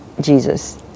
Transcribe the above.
Jesus